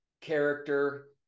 character